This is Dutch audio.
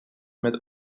met